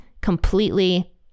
completely